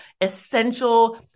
essential